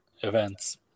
events